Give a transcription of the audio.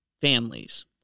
families